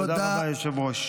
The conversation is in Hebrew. תודה רבה, היושב-ראש.